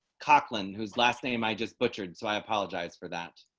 caitlyn whose last name. i just butchered, so i apologize for that.